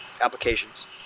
applications